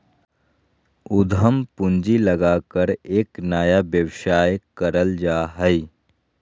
उद्यम पूंजी लगाकर एक नया व्यवसाय करल जा हइ